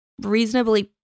reasonably